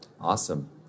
Awesome